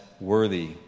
worthy